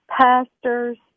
pastors